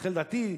לכן, לדעתי,